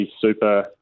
super